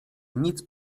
nic